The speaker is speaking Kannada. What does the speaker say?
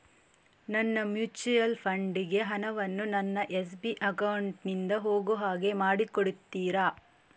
ನನ್ನ ಮ್ಯೂಚುಯಲ್ ಫಂಡ್ ಗೆ ಹಣ ವನ್ನು ನನ್ನ ಎಸ್.ಬಿ ಅಕೌಂಟ್ ನಿಂದ ಹೋಗು ಹಾಗೆ ಮಾಡಿಕೊಡುತ್ತೀರಾ?